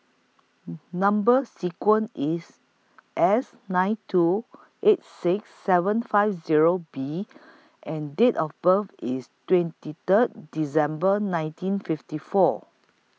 Number sequence IS S nine two eight six seven five Zero B and Date of birth IS twenty Third December nineteen fifty four